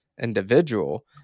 individual